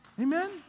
Amen